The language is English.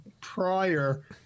prior